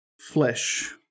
flesh